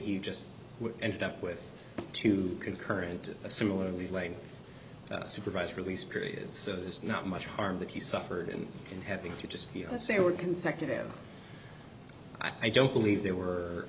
he just ended up with two concurrent similarly lane supervised release periods so there's not much harm that he suffered and in having to just say we're consecutive i don't believe they were